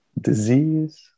disease